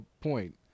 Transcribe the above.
point